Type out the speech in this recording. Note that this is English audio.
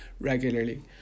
regularly